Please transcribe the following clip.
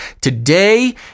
today